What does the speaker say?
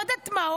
אני לא יודעת מה,